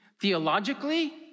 theologically